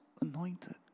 anointed